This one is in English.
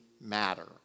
matter